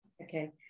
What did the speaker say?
okay